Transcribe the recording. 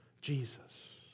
Jesus